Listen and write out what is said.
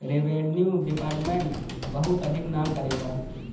revenue department बहुते अधिक नाम करेला